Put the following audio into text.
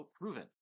proven